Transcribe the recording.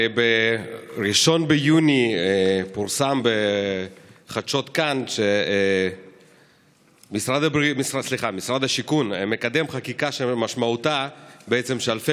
ב-1 ביוני פורסם בחדשות "כאן" שמשרד השיכון מקדם חקיקה שמשמעותה שאלפי